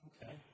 Okay